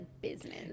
business